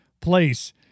place